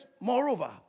moreover